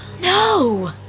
No